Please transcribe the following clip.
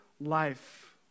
life